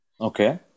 Okay